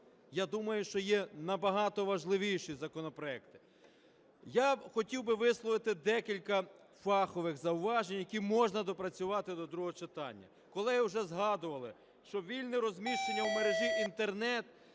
я думаю, що є набагато важливіші законопроекти. Я хотів би висловити декілька фахових зауважень, які можна доопрацювати до другого читання. Колеги вже згадували, що вільне розміщення в мережі "Інтернет"